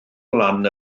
lan